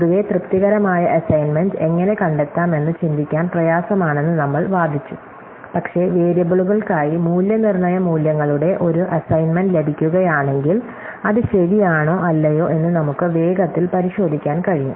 പൊതുവേ തൃപ്തികരമായ അസൈൻമെന്റ് എങ്ങനെ കണ്ടെത്താമെന്ന് ചിന്തിക്കാൻ പ്രയാസമാണെന്ന് നമ്മൾ വാദിച്ചു പക്ഷേ വേരിയബിളുകൾക്കായി മൂല്യനിർണ്ണയ മൂല്യങ്ങളുടെ ഒരു അസൈൻമെന്റ് ലഭിക്കുകയാണെങ്കിൽ അത് ശരിയാണോ അല്ലയോ എന്ന് നമുക്ക് വേഗത്തിൽ പരിശോധിക്കാൻ കഴിയും